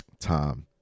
time